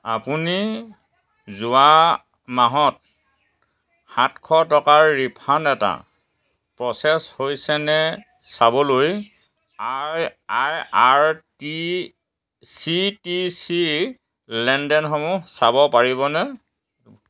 আপুনি যোৱা মাহত সাতশ টকাৰ ৰিফাণ্ড এটা প্ৰ'চেছ হৈছে নে চাবলৈ I R T C T C লেনদেনসমূহ চাব পাৰিবনে